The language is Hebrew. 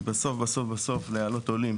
כי בסוף להעלות עולים